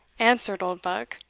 answered oldbuck.